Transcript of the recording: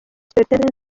supt